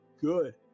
good